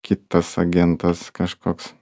kitas agentas kažkoks